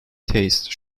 taste